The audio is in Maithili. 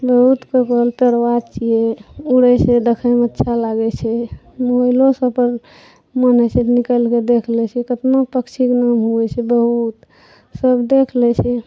बहुतके घर पड़बा छियै उड़ै छै देखैमे अच्छा लागै छै मोबाइलो सऽ अपन मोन होइ छै तऽ निकालि कऽ देख लै छियै कतना पक्षीके नाम होइ छै बहुत सब देख लै छै